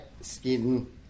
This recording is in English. skin